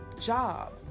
job